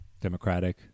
democratic